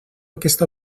aquesta